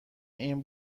این